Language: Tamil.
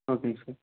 ஓகேங்க சார்